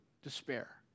despair